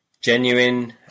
genuine